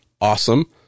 awesome